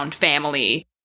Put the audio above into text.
family